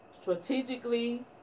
Strategically